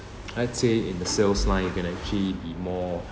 I'd say in the sales line you can actually be more